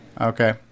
Okay